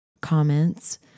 comments